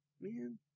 Man